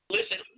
Listen